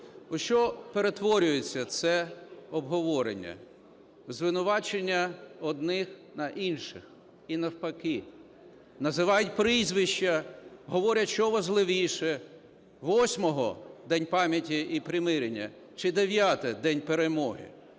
У що перетворюється це обговорення? Звинувачення одних на інших і навпаки. Називають прізвища, говорять, що важливіше: 8-го - День пам'яті і примирення чи 9-те - День перемоги?